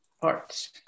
parts